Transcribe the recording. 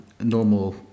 normal